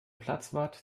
platzwart